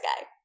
guy